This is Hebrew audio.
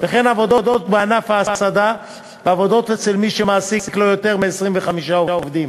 וכן עבודות בענף ההסעדה ועבודות אצל מי שמעסיק לא יותר מ-25 עובדים.